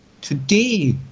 Today